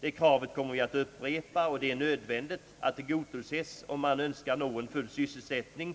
Det kravet kommer vi att upprepa, och det är nödvändigt att det tillgodoses om man önskar nå full sysselsättning,